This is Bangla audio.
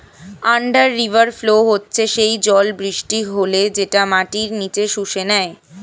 আন্ডার রিভার ফ্লো হচ্ছে সেই জল বৃষ্টি হলে যেটা মাটির নিচে শুষে যায়